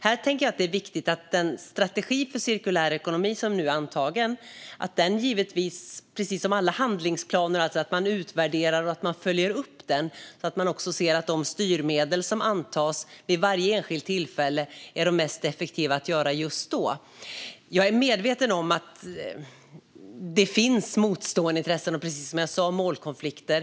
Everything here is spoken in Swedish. Här tänker jag att det är viktigt att den strategi för cirkulär ekonomi som nu är antagen hanteras precis som alla handlingsplaner. Det gäller att man utvärderar och följer upp den så att man ser att de styrmedel som antas vid varje enskilt tillfälle är de mest effektiva att använda just då. Jag är medveten om att det finns motstående intressen, precis som jag sa om målkonflikter.